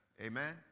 Amen